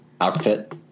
outfit